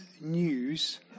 news